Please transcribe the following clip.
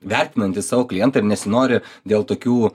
vertinantys savo klientą ir nesinori dėl tokių